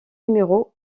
numéros